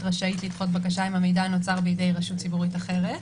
רשאית לדחות מידע אם המידע נוצר בידי רשות ציבורית אחרת,